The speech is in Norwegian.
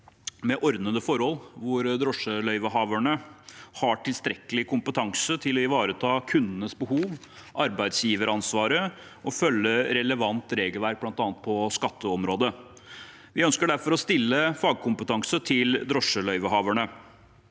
med ordnede forhold, hvor drosjeløyvehaverne har tilstrekkelig kompetanse til å ivareta kundenes behov og arbeidsgiveransvaret og til å følge relevant regelverk, bl.a. på skatteområdet. Vi ønsker derfor å stille fagkompetansekrav til drosjeløyvehaverne.